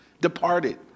departed